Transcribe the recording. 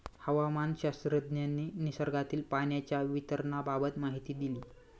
हवामानशास्त्रज्ञांनी निसर्गातील पाण्याच्या वितरणाबाबत माहिती दिली